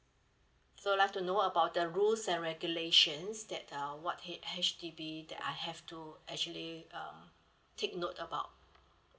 so last to know about the rules and regulations that uh what H_D_B that I have to actually uh take note about